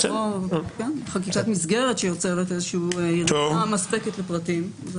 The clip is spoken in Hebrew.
חקיקת מסגרת שיוצרת- -- מספקת לפרטים.